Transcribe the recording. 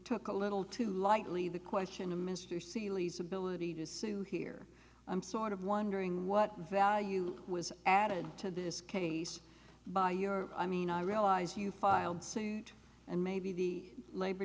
took a little too lightly the question of mr seely's ability to sue here i'm sort of wondering what value was added to this case by your i mean i realize you filed suit and maybe the labor